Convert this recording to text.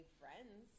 friends